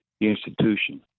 institution